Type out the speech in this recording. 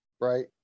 right